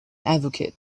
advocate